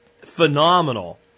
phenomenal